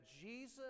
Jesus